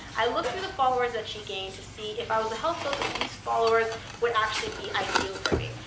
i looked through the followers that she gained to see, if i was a health coach, if these followers would actually be ideal for me.